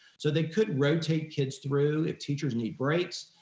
so they could rotate kids through if teachers need breaks,